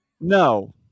No